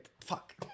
Fuck